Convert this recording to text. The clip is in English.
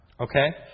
Okay